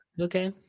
Okay